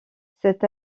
cet